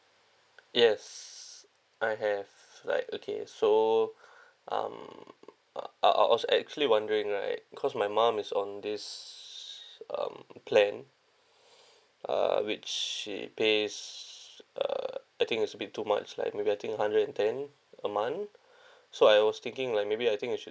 yes I have like okay so um I'll I was also actually wondering right cause my mum is on this um plan uh which she pays uh I think is a bit too much like maybe I think hundred and ten a month so I was thinking like maybe I think I should